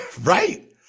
Right